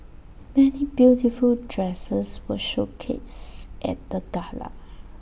many beautiful dresses were showcased at the gala